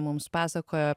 mums pasakojo